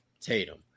Tatum